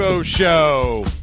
show